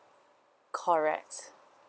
correct